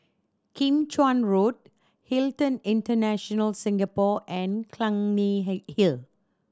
Kim Chuan Road Hilton International Singapore and Clunny Hill